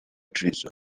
treason